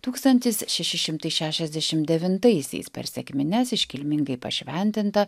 tūkstantis šeši šimtai šešiasdešimt devintaisiais per sekmines iškilmingai pašventinta